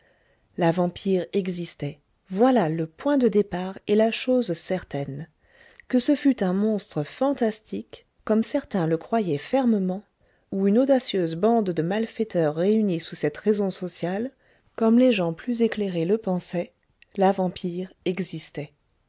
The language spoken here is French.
la vampire existait voilà le point de départ et la chose certaine que ce fût un monstre fantastique comme certains le croyaient fermement ou une audacieuse bande de malfaiteurs réunis sous cette raison sociale comme les gens plus éclairés le pensaient la vampire existait